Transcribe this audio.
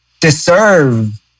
deserve